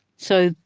so,